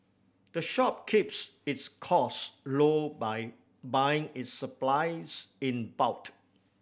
the shop keeps its cost low by buying its supplies in bot